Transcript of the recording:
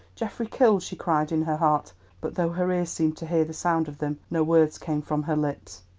geoffrey killed! she cried in her heart but though her ears seemed to hear the sound of them, no words came from her lips.